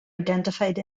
identified